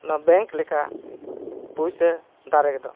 ᱚᱱᱟ ᱵᱮᱝᱠ ᱞᱮᱠᱟ ᱯᱩᱭᱥᱟᱹ ᱫᱟᱨᱮ ᱫᱚ